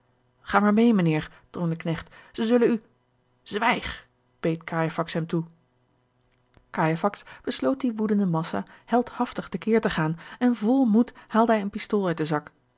ga maar meê mijnheer drong de knecht zij zullen u zwijg beet cajefax hem toe cajefax besloot die woedende massa heldhaftig te keer te gaan en vol moed haalde hij een pistool uit den zak